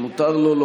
מותר לו,